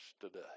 today